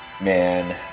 man